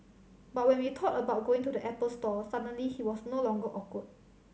but when we thought about going to the Apple store suddenly he was no longer awkward